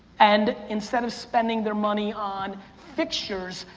and, instead of spending their money on fixtures,